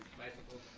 bicycle.